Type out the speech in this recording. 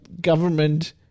government